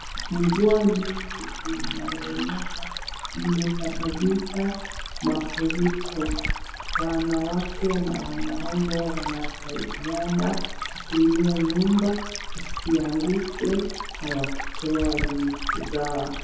Mvua inayoonyesha imesababisha mafuriko. Wanawake na wanaume wanasaidiana kushikilia nyumba isianguke na wakitoa vitu zao.